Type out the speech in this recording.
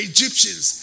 Egyptians